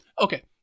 Okay